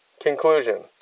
Conclusion